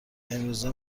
امروزه